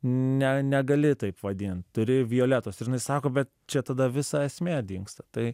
ne negali taip vadint turi violetos ir jinai sako bet čia tada visa esmė dingsta tai